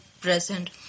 present